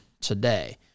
today